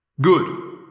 Good